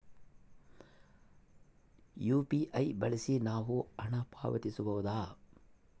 UPI ಬಳಸಿ ನಾವು ಹಣ ಪಾವತಿಸಬಹುದಾ?